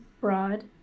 broad